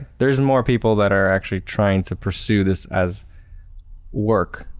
there's more people that are actually trying to pursue this as work,